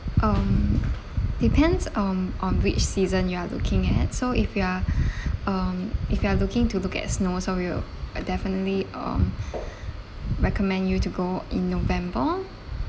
um depends on on which season you're looking at so if you are um if you are looking to look at snow so we'll uh definitely um recommend you to go in november